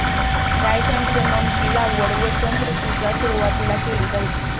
chrysanthemum ची लागवड वसंत ऋतूच्या सुरुवातीला केली पाहिजे